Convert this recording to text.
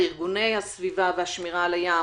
ארגוני הסביבה והשמירה על הים,